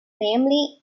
namely